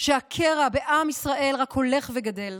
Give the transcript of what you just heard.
שהקרע בעם ישראל רק הולך וגדל,